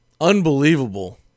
Unbelievable